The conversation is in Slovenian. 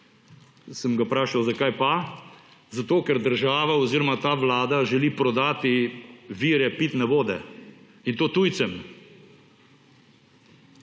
Sem ga vprašal ‒ zakaj pa? Zato, ker država oziroma ta vlada želi prodati vire pitne vode, in to tujcem.